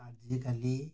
ଆଜିକାଲି